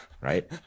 Right